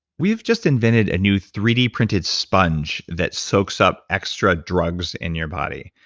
we've just invented a new three d printed sponge that soaks up extra drugs in your body.